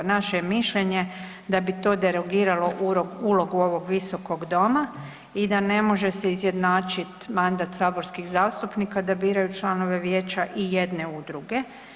Naše je mišljenje da bi to derogiralo ulogu ovog Visokog doma i da ne može se izjednačit mandat saborskih zastupnika da biraju članove Vijeća i jedne udruge.